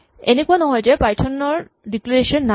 এনেকুৱা নহয় যে পাইথন ৰ ডিক্লেৰেচন নাই